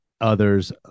others